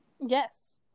Yes